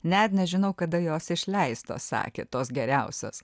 net nežinau kada jos išleistos sakė tos geriausios